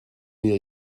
mir